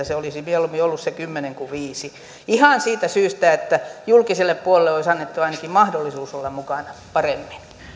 se olisi mieluummin ollut se kymmenen kuin viisi ihan siitä syystä että julkiselle puolelle olisi annettu ainakin mahdollisuus olla mukana paremmin